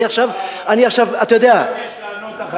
אני עכשיו, אתה יודע, אני מבקש לעלות אחריו.